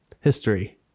History